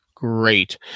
great